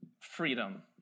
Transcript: freedom